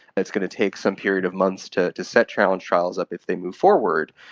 it's going to take some period of months to to set challenge trials up if they move forward.